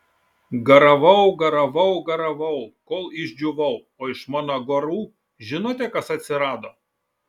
garavau garavau garavau kol išdžiūvau o iš mano garų žinote kas atsirado